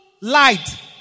light